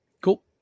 Cool